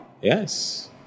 Yes